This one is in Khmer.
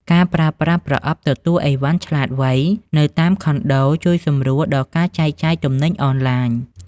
ការប្រើប្រាស់ "ប្រអប់ទទួលអីវ៉ាន់ឆ្លាតវៃ" នៅតាមខុនដូ ជួយសម្រួលដល់ការចែកចាយទំនិញអនឡាញ។